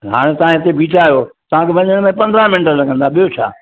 हाणे तव्हां हिते बीठा आहियो तव्हांखे वञण में पंद्रहं मिंट लॻंदा ॿियो छा